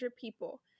people